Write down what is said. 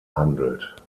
handelt